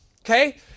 Okay